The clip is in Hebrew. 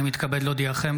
אני מתכבד להודיעכם,